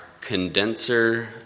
condenser